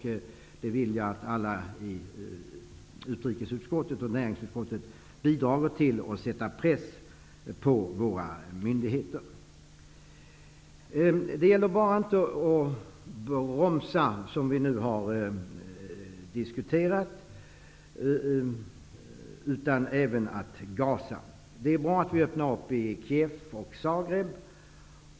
Jag vill att alla i utrikesutskottet och näringsutskottet bidrar till att sätta press på våra myndigheter. Det gäller emellertid att inte bara bromsa, som vi nu diskuterat, utan även att gasa. Det är bra att vi öppnar kontor i Kief och Zagreb.